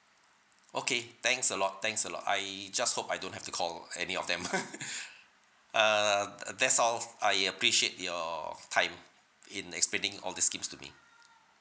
okay thanks a lot thanks a lot I just hope I don't have to call any of them uh th~ that's all I appreciate your time in explaining all the schemes to me